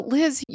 Liz